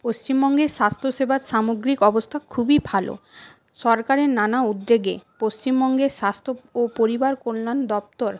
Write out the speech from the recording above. পশ্চিমবঙ্গের স্বাস্থ্যসেবার সামগ্রিক অবস্থা খুবই ভালো সরকারি নানা উদ্যাগে পশ্চিমবঙ্গের স্বাস্থ্য ও পরিবার কল্যাণ দফতর